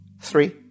Three